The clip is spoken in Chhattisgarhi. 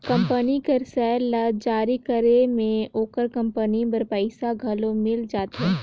कंपनी कर सेयर ल जारी करे में ओकर कंपनी बर पइसा घलो मिल जाथे